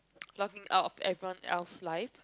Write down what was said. logging out of everyone else life